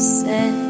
say